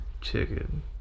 chicken